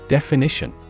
Definition